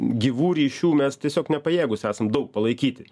gyvų ryšių mes tiesiog nepajėgūs esam daug palaikyti